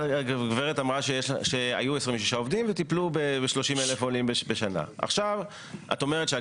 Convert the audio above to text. והגיעו ויכולים לקבל תעודת זהות ויכולים לצאת ישר,